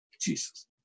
Jesus